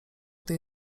gdy